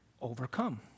overcome